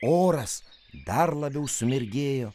oras dar labiau sumirgėjo